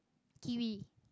kiwi